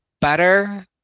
Better